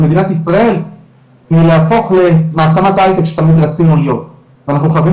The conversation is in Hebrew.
את מדינת ישראל מלהפוך למעצמת הייטק שתמיד רצינו להיות ואנחנו חייבים